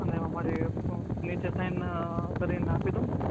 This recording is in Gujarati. અને અમારે નીચે સાઇન કરીને આપી દઉ